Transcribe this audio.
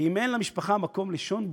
כי אם אין למשפחה מקום לישון בו,